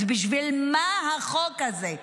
אז בשביל מה החוק הזה?